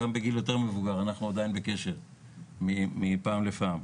גם בגיל יותר מבוגר אנחנו עדין בקשר מפעם לפעם.